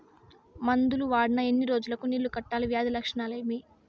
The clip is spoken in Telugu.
మందులు వాడిన ఎన్ని రోజులు కు నీళ్ళు కట్టాలి, వ్యాధి లక్షణాలు ఏమి?